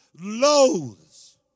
loathes